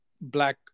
black